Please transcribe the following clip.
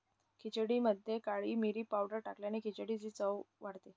खिचडीमध्ये काळी मिरी पावडर टाकल्याने खिचडीची चव वाढते